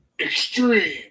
extreme